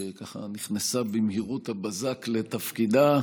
שנכנסה במהירות הבזק לתפקידה.